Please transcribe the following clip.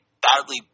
badly